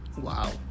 Wow